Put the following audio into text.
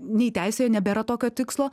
nei teisėje nebėra tokio tikslo